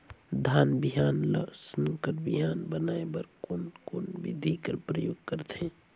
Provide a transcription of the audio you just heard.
धान बिहान ल संकर बिहान बनाय बर कोन कोन बिधी कर प्रयोग करथे?